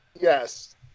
Yes